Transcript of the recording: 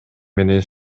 менен